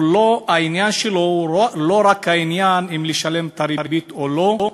העניין שלו הוא לא רק אם לשלם את הריבית או לא.